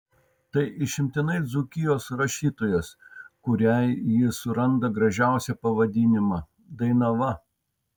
tai išimtinai dzūkijos rašytojas kuriai jis suranda gražiausią pavadinimą dainava